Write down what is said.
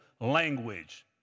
language